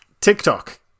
tiktok